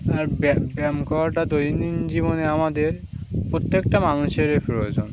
আর ব্যায়াম করাটা দৈনন্দিন জীবনে আমাদের প্রত্যেকটা মানুষেরই প্রয়োজন